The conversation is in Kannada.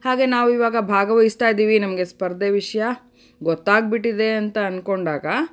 ಹಾಗೆ ನಾವಿವಾಗ ಭಾಗವಹಿಸ್ತಾಯಿದ್ದೀವಿ ನಮಗೆ ಸ್ಪರ್ಧೆ ವಿಷಯ ಗೊತ್ತಾಗಿಬಿಟ್ಟಿದೆ ಅಂತ ಅಂದ್ಕೊಂಡಾಗ